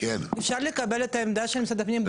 אפשר לקבל את העמדה של משרד הפנים בכתב?